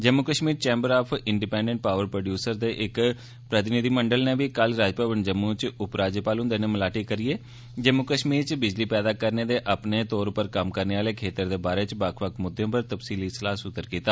Jammu Kashmir chamber of independent power producers दे इक प्रतिनिधिमंडल नै बी कल राजभवन जम्मू च उपराज्यपाल हुंदे'नै मलाटी करियै जम्मू कष्मीर च बिजली पैदा करने दे अपने तौर पर कम्म करने आह्ले खेत्तर दे बारै च बक्ख बक्ख मुद्दें पर सलाह सुत्तर कीता